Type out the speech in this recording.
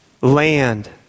Land